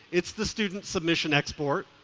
it's the student submission export.